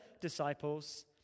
disciples